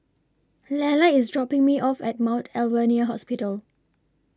Lella IS dropping Me off At Mount Alvernia Hospital